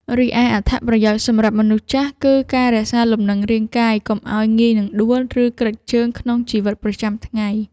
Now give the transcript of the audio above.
រីឯអត្ថប្រយោជន៍សម្រាប់មនុស្សចាស់ គឺការរក្សាលំនឹងរាងកាយកុំឱ្យងាយនឹងដួល ឬគ្រេចជើងក្នុងជីវិតប្រចាំថ្ងៃ។